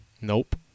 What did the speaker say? Nope